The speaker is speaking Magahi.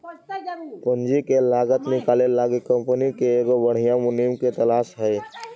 पूंजी के लागत निकाले लागी कंपनी के एगो बधियाँ मुनीम के तलास हई